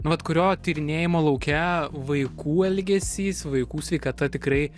nu vat kurio tyrinėjimo lauke vaikų elgesys vaikų sveikata tikrai